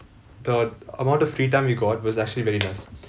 the amount of free time you got was actually very less